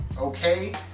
okay